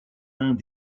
uns